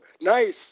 nice